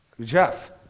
Jeff